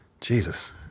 Jesus